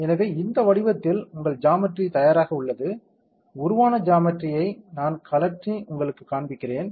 எனவே இந்த வடிவத்தில் உங்கள் ஜாமெட்ரி தயாராக உள்ளது உருவான ஜாமெட்ரியை நான் சுழற்றி உங்களுக்குக் காண்பிக்கிறேன்